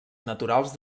naturals